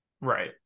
right